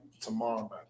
tomorrow